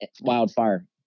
Wildfire